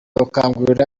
gukangurira